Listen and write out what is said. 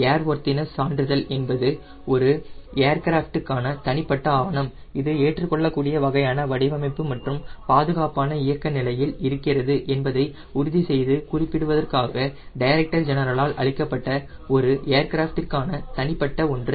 airworthiness சான்றிதழ் என்பது ஒரு ஏர்கிராஃப்ட்க்கான தனிப்பட்ட ஆவணம் இது ஏற்றுக்கொள்ளக்கூடிய வகையான வடிவமைப்பு மற்றும் பாதுகாப்பான இயக்க நிலையில் இருக்கிறது என்பதை உறுதிசெய்து குறிப்பிடுவதற்காக டைரக்டர் ஜெனரல் ஆல் அளிக்கப்பட்ட ஒரு ஏர்கிராப்ட்டிற்கான தனிப்பட்ட ஒன்று